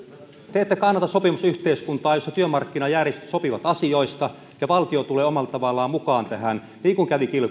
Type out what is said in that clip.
te ette kannata sopimusyhteiskuntaa jossa työmarkkinajärjestöt sopivat asioista ja valtio tulee omalla tavallaan mukaan tähän niin kuin kävi